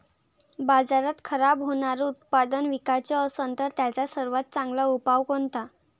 बाजारात खराब होनारं उत्पादन विकाच असन तर त्याचा सर्वात चांगला उपाव कोनता?